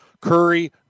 Curry